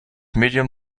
medium